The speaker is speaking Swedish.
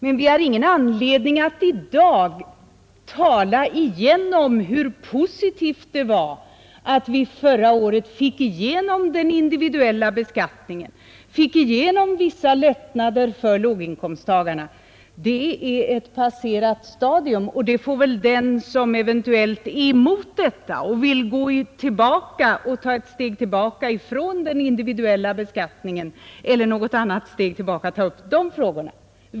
Men vi har ingen anledning att i dag igen tala om hur positivt det var att vi förra året fick igenom den individuella beskattningen, fick igenom vissa lättnader för låginkomsttagarna. Det är ett passerat stadium. Då får väl den som eventuellt är emot detta system, vill ta ett steg tillbaka från den individuella beskattningen eller något annat steg tillbaka, ta upp dessa frågor.